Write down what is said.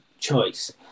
choice